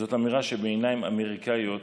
זאת אמירה שבעיניים אמריקאיות